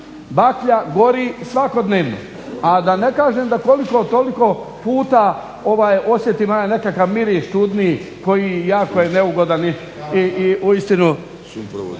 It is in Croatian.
Baklja gori svakodnevno, a da ne kažem da koliko toliko puta osjetim onaj nekakav miris čudni koji jako je neugodan i uistinu